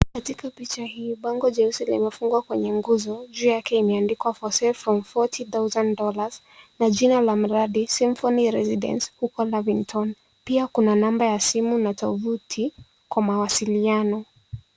Katika picha hii bango jeusi limefungwa kwenye nguzo juu yake imeandikwa for safe from $40000 na jina la mradi Symphony Residence huko Lavington pia kuna namba ya simu na tovuti kwa mawasiliano.